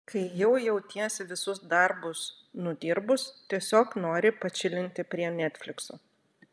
kai jau jautiesi visus darbus nudirbus tiesiog nori pačilinti prie netflikso